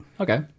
Okay